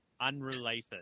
Unrelated